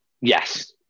yes